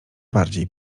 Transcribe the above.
bardziej